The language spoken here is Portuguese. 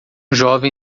jovem